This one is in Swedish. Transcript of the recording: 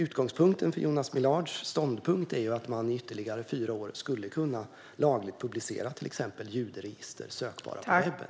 Utgångspunkten för Jonas Millards ståndpunkt är dock att det i ytterligare fyra år skulle vara lagligt att publicera till exempel juderegister, sökbara på webben.